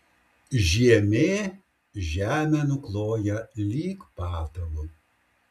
žiemė žemę nukloja lyg patalu